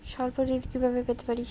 স্বল্প ঋণ কিভাবে পেতে পারি?